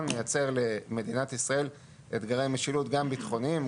מייצר למדינת ישראל אתגרי משילות גם ביטחוניים,